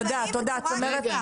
תודה, צמרת.